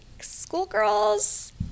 schoolgirls